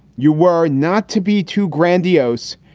you were not to be too grandiose.